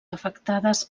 afectades